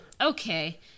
Okay